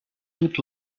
good